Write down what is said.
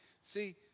See